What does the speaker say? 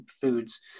foods